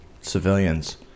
civilians